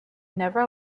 never